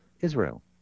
Israel